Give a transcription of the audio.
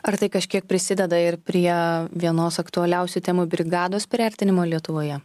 ar tai kažkiek prisideda ir prie vienos aktualiausių temų brigados priartinimo lietuvoje